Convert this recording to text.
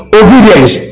obedience